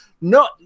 no